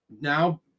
Now